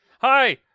Hi